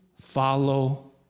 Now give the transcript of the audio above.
follow